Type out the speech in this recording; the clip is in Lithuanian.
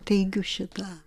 teigiu šitą